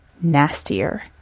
Nastier